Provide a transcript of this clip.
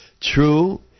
True